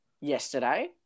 yesterday